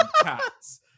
cats